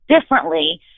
differently